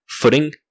Footing